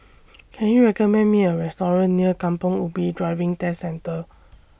Can YOU recommend Me A Restaurant near Kampong Ubi Driving Test Centre